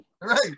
right